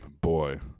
boy